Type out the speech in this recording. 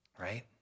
right